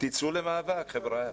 תצאו למאבק, חבריא.